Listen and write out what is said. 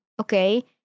okay